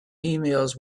emails